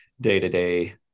day-to-day